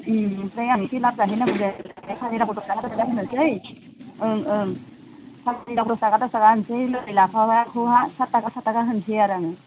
ओमफ्राय आं एसे लाब जाहै नांगोन नालाय फानि लावखौ दस थाखा दस थाखा होनोसै ओं ओं फानि लावखौ दस थाखा दस थाखा होनसै लाइ लाफाखौ आं सात थाखा सात थाखा होनसै आरो आङो